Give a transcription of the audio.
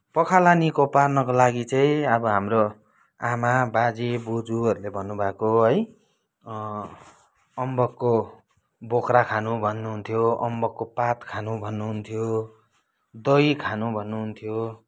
पखाला निको पार्नको लागि चाहिँ अब हाम्रो आमा बाजे बज्यूहरूले भन्नु भएको है अम्बकको बोक्रा खानु भन्नुहुन्थ्यो अम्बकको पात खानु भन्नुहुन्थ्यो दही खानु भन्नुहुन्थ्यो